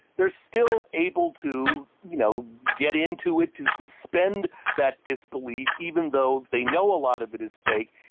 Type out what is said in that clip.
they are still able to you know get into it, to suspend that disbelief, even though they know a lot of it is fake.